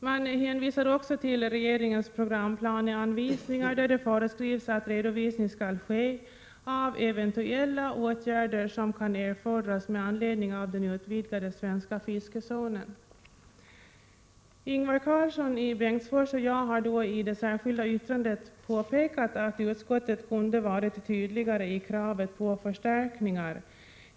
Man hänvisar också till regeringens programplaneanvisningar, där det föreskrivs att redovisning skall ske av eventuella åtgärder som kan erfordras med anledning av den utvidgade svenska fiskezonen. Ingvar Karlsson i Bengtsfors och jag har då i det särskilda yttrandet påpekat att utskottet kunde ha varit tydligare i kravet på förstärkningar.